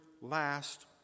last